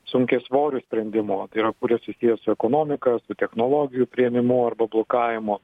sunkiasvorių sprendimų tai yra kurie susiję su ekonomika su technologijų priėmimu arba blokavimo